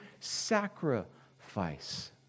sacrifice